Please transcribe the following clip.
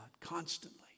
constantly